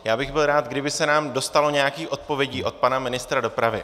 Já bych byl rád, kdyby se nám dostalo nějakých odpovědí od pana ministra dopravy.